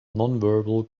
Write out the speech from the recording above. nonverbal